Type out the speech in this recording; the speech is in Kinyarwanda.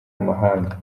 amahanga